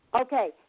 Okay